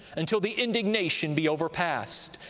until the indignation be overpast.